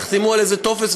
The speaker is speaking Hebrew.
הם יחתמו על איזה טופס,